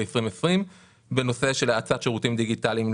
2020 בנושא של האצת שירותים דיגיטליים,